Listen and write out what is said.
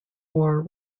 war